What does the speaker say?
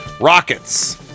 rockets